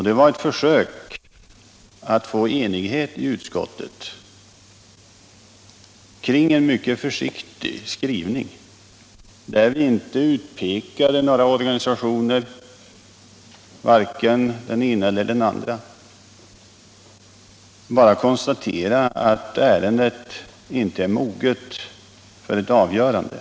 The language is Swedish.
Det var ett försök att åstadkomma enighet i utskottet kring en mycket försiktig skrivning, där vi inte utpekade några organisationer — varken den ena eller den andra — utan bara konstaterade att ärendet inte var moget för ett avgörande.